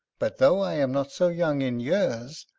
but tho' i am not so young in years,